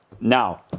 now